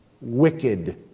wicked